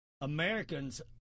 Americans